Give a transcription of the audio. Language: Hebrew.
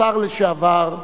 השר לשעבר,